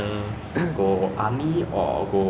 orh joseph eh 还有跟他讲话吗